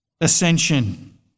ascension